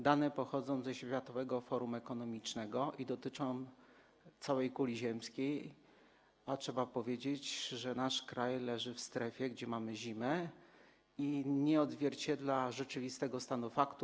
Dane pochodzą ze Światowego Forum Ekonomicznego i dotyczą całej kuli ziemskiej, a trzeba powiedzieć, że nasz kraj leży w strefie, gdzie mamy zimę, co nie odzwierciedla rzeczywistego stanu faktu.